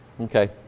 Okay